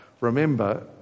remember